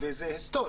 זה היסטורי.